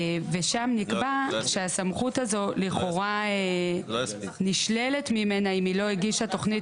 ושם נקבע שהסמכות הזו לכאורה נשללת ממנה אם היא לא הגישה תוכנית